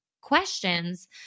questions